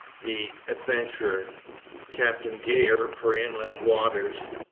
the adventure captain geyer for inland waters.